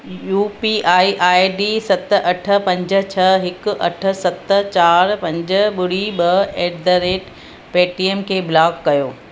U P I I D सत अठ पंज छह हिकु अठ सत चारि पंज ॿुड़ी ॿ एट द रेट पेटीएम खे ब्लॉक कयो